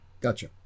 Gotcha